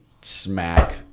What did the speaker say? smack